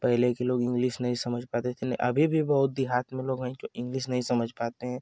पहले के लोग इंग्लिस नहीं समझ पाते थे नहीं अभी भी बहुत देहात में लोग हैं जो इंग्लिस नहीं समझ पाते हैं